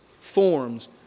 forms